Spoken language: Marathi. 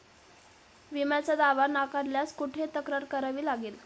विम्याचा दावा नाकारल्यास कुठे तक्रार करावी लागेल?